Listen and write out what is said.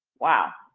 wow,